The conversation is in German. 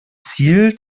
ziel